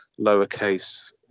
lowercase